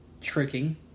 Tricking